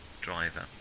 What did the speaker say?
driver